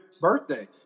birthday